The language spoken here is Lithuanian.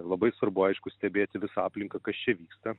labai svarbu aišku stebėti visą aplinką kas čia vyksta